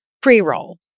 pre-roll